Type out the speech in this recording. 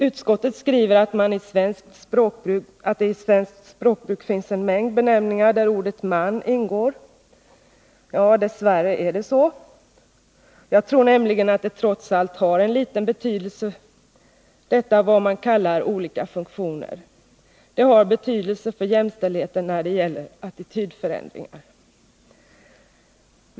Utskottet skriver att det i svenskt språkbruk finns en mängd benämningar där ordet man ingår. Ja, dess värre är det så. Jag tror nämligen att det trots allt har en liten betydelse vad man kallar olika funktioner. Det har bl.a. betydelse för jämställdheten när det gäller attitydförändringar.